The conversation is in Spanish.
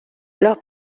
los